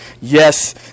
Yes